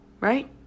right